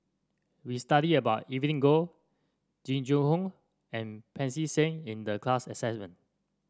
we studied about Evelyn Goh Jing Jun Hong and Pancy Seng in the class assignment